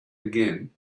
again